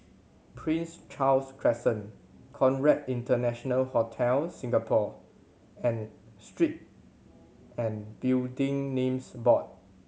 Prince Charles Crescent Conrad International Hotel Singapore and Street and Building Names Board